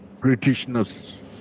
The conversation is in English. Britishness